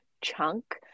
chunk